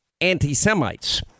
anti-Semites